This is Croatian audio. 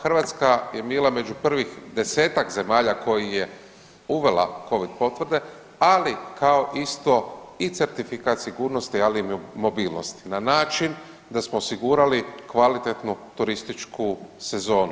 Hrvatska je bila među prvih desetak zemalja koja je uvela covid potvrde, ali kao isto certifikat sigurnosti ali i mobilnosti na način da smo osigurali kvalitetnu turističku sezonu.